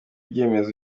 ibyemezo